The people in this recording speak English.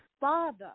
father